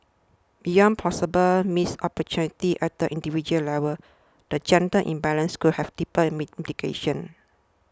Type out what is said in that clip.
beyond possible missed opportunities at the individual level the gender imbalance could have deeper indications